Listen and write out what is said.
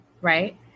right